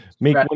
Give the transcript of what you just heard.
make